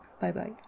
Bye-bye